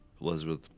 Elizabeth